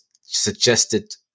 suggested